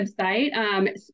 website